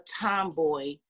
tomboy